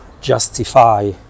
justify